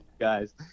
Guys